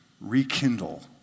rekindle